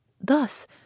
Thus